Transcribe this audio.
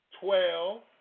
twelve